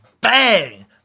bang